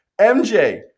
MJ